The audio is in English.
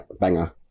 banger